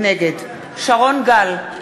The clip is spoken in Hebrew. נגד שרון גל,